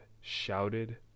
shouted